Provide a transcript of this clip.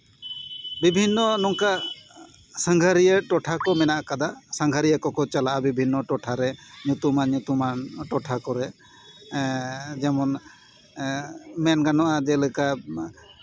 ᱵᱤᱵᱷᱤᱱᱱᱚ ᱱᱚᱝᱠᱟ ᱥᱟᱸᱜᱷᱟᱨᱤᱭᱟᱹ ᱴᱚᱴᱷᱟ ᱠᱚ ᱢᱮᱱᱟᱜ ᱟᱠᱟᱫᱟ ᱥᱟᱸᱜᱷᱟᱨᱤᱭᱟᱹ ᱠᱚᱠᱚ ᱪᱟᱞᱟᱜᱼᱟ ᱵᱤᱵᱷᱤᱱᱱᱚ ᱴᱚᱴᱷᱟᱨᱮ ᱧᱩᱛᱩᱢᱟᱱ ᱧᱩᱛᱩᱢᱟᱱ ᱴᱚᱴᱷᱟ ᱠᱚᱨᱮᱫ ᱮᱜ ᱡᱮᱢᱚᱱ ᱮᱜ ᱢᱮᱱ ᱜᱟᱱᱚᱜᱼᱟ ᱡᱮᱞᱮᱠᱟ